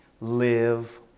live